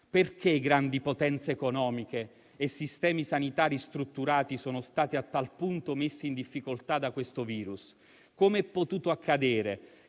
Perché grandi potenze economiche e sistemi sanitari strutturati sono stati a tal punto messi in difficoltà da questo virus? Com'è potuto accadere